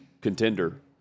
contender